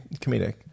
comedic